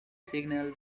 signal